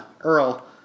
Earl